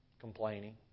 Complaining